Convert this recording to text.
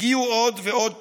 הגיעו עוד ועוד פניות,